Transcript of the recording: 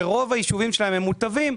שרוב היישובים שלהן מוטבים,